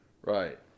right